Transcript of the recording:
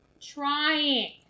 Trying